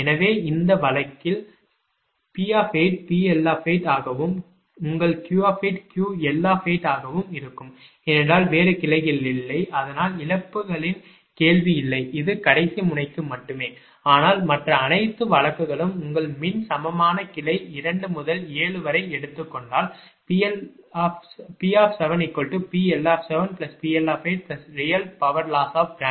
எனவே அந்த வழக்கில் P PL ஆகவும் உங்கள் Q QL ஆகவும் இருக்கும் ஏனென்றால் வேறு கிளைகள் இல்லை அதனால் இழப்புகளின் கேள்வி இல்லை இது கடைசி முனைக்கு மட்டுமே ஆனால் மற்ற அனைத்தும் வழக்குகள் உங்கள் மின் சமமான கிளை 2 முதல் 7 வரை எடுத்துக் கொண்டால் P7PL7PL8real power loss of branch 7